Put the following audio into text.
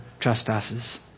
trespasses